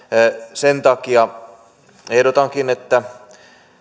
sen takia ehdotankin että